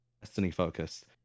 Destiny-focused